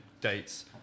dates